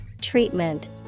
treatment